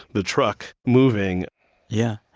the truck moving yeah.